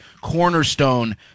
cornerstone